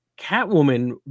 Catwoman